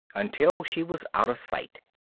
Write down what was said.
until she was out of sight.